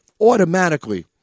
automatically